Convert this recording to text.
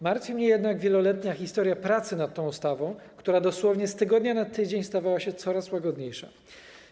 Martwi mnie jednak wieloletnia historia pracy nad tą ustawą, która dosłownie z tygodnia na tydzień stawała się coraz łagodniejsza.